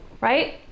right